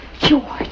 George